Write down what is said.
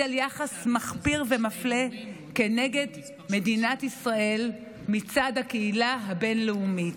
על יחס מחפיר ומפלה כנגד מדינת ישראל מצד הקהילה הבין-לאומית.